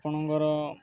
ଆପଣଙ୍କର